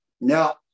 now